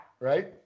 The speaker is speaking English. right